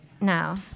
now